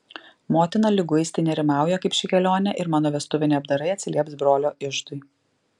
motina liguistai nerimauja kaip ši kelionė ir mano vestuviniai apdarai atsilieps brolio iždui